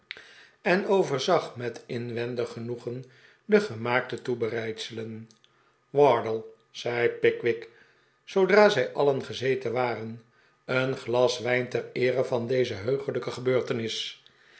en overzag met inwendig genoegen de gemaakte toebereidselen wardle zei pickwick zoodra zij alien gezeten waren een glas wijn ter eere van deze heuglijke gebeurtenis